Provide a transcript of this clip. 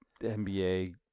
NBA